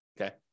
okay